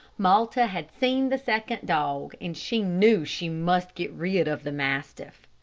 malta had seen the second dog, and she knew she must get rid of the mastiff.